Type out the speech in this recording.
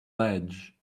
ledge